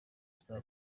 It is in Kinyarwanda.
tuzaba